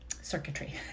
circuitry